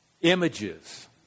images